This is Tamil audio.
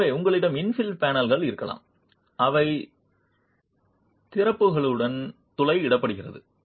எனவே உங்களிடம் இன்ஃபில் பேனல்கள் இருக்கலாம் அவை திறப்புகளுடன் துளை இடப்படுகிறது